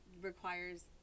requires